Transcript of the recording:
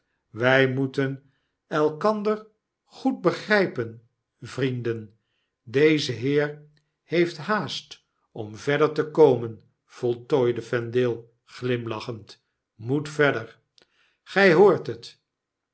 wy moeten elkander goed begrijpen vrienden deze heer heeft haast om verder te komen voltooide vendale glimlachend moet verder grg hoort het